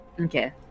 Okay